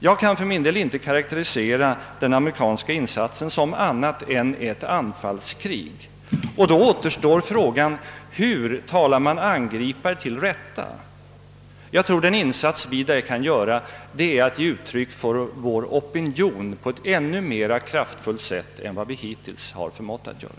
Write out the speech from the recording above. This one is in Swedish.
Jag kan för min del inte karakterisera den amerikanska insatsen som annat än anfallskrig, och då återstår frågan: Hur talar man angripare till rätta? Jag tror att den insats vi därvidlag kan göra måste bestå i att vi ger uttryck för vår opinion på ett ännu mer kraftfullt sätt än vi hittills förmått göra.